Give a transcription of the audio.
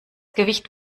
gewicht